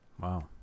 Wow